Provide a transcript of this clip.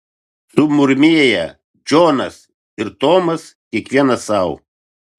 sumurmėję džonas ir tomas kiekvienas sau